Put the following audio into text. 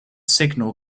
signal